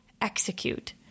execute